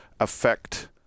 affect